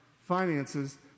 finances